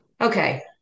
okay